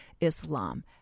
Islam